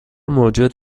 موجود